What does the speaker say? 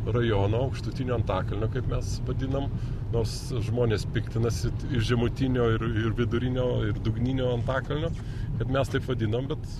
rajono aukštutinio antakalnio kaip mes vadinam nors žmonės piktinasi iš žemutinio ir ir vidurinio ir dugninio antakalnio kad mes taip vadinam bet